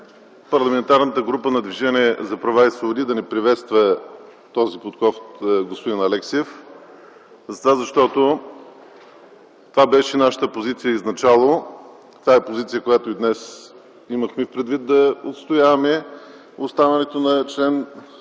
Парламентарната група за Движение за права и свободи да не приветства този подход, господин Алексиев.Това беше нашата позиция изначало. Това е позиция, която и днес имахме предвид да отстояваме – оставането на чл.